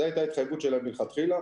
זו הייתה ההתחייבות שלהם מלכתחילה.